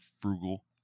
frugal